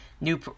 New